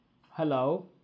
hello